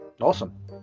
awesome